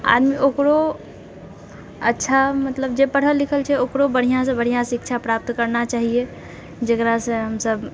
आदमी ओकरो अच्छा मतलब जे पढ़ल लिखल छै ओकरो बढ़िआँसँ बढ़िआँ शिक्षा प्राप्त करना चाहिए जेकरासँ हमसब